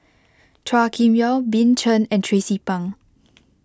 Chua Kim Yeow Bill Chen and Tracie Pang